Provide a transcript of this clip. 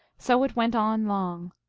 so it went on long.